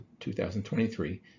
2023